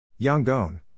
Yangon